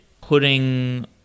putting